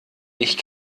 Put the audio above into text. ich